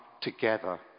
together